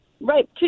right